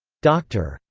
dr.